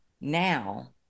now